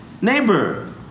neighbor